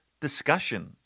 discussion